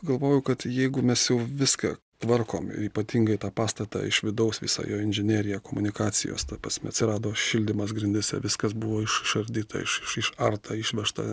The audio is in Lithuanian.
galvoju kad jeigu mes jau viską tvarkom ir ypatingai tą pastatą iš vidaus visą jo inžineriją komunikacijos ta prasme atsirado šildymas grindyse viskas buvo išardyta išarta išvežta